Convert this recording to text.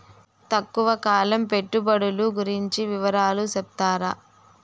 తక్కువ కాలం పెట్టుబడులు గురించి వివరాలు సెప్తారా?